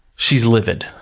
she's livid.